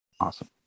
Awesome